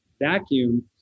vacuum